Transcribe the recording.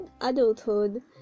adulthood